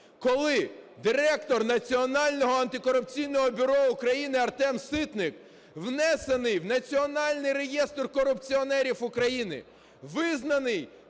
коли Директор Національного антикорупційного бюро України Артем Ситник внесений в національний реєстр корупціонерів України, визнаний